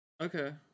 Okay